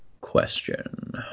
question